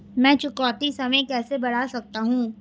मैं चुकौती समय कैसे बढ़ा सकता हूं?